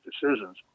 decisions